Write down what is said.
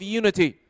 unity